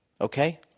Okay